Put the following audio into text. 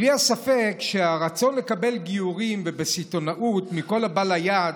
בלי ספק, הרצון לקבל גיורים בסיטונאות מכל הבא ליד